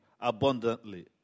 abundantly